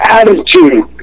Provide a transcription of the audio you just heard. attitude